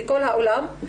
בכל העולם,